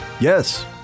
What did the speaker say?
Yes